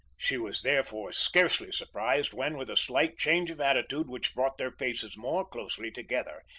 she was therefore scarcely surprised when, with a slight change of attitude which brought their faces more closely together,